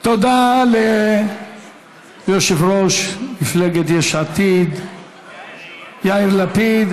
תודה ליושב-ראש מפלגת יש עתיד יאיר לפיד.